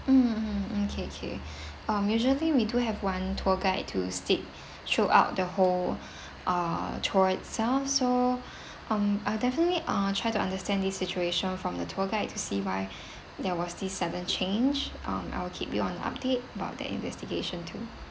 mm mm mm K K um usually we do have one tour guide to stick show up the whole uh tour itself so um I'll definitely ah try to understand this situation from the tour guide to see why there was this sudden change um I'll keep you on update about that investigation too